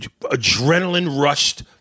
adrenaline-rushed